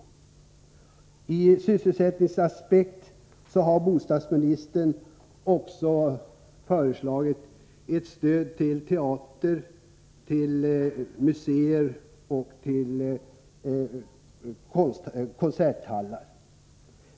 Från sysselsättningsaspekt har bostadsministern också föreslagit ett stöd till teatrar, museer och konserthallar.